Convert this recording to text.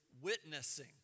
witnessing